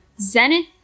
Zenith